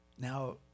Now